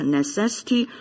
necessity